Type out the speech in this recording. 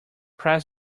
press